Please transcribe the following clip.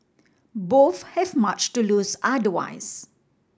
both have much to lose otherwise